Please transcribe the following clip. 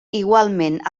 igualment